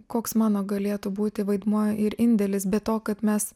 koks mano galėtų būti vaidmuo ir indėlis be to kad mes